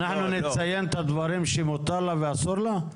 אנחנו נציין את הדברים שמותר לה ואסור לה?